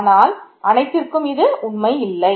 ஆனால் அனைத்திற்கும் இது உண்மை இல்லை